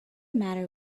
matter